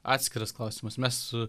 atskiras klausimas mes su